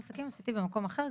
מנהל עסקים עשיתי במקום אחר,